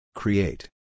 Create